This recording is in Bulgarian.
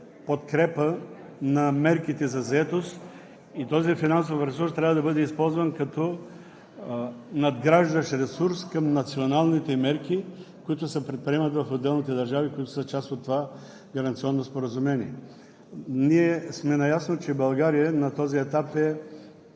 подкрепа на мерките за заетост и този финансов ресурс трябва да бъде използван като надграждащ ресурс към националните мерки, които се предприемат в отделните държави, които са част от това гаранционно споразумение. Ние сме наясно, че България на този етап е